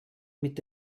mit